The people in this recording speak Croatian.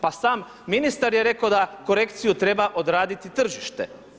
Pa sam ministar je rekao da korekciju treba odraditi tržište.